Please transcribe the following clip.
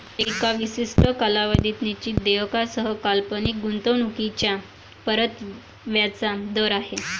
एका विशिष्ट कालावधीत निश्चित देयकासह काल्पनिक गुंतवणूकीच्या परताव्याचा दर आहे